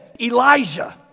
Elijah